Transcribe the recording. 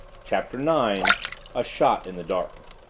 chapter nine a shot in the dark